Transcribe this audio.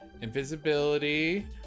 Invisibility